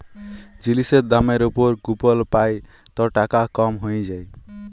জিলিসের দামের উপর কুপল পাই ত টাকা কম হ্যঁয়ে যায়